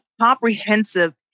comprehensive